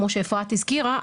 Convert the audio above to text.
כמו שאפרת הזכירה,